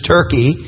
Turkey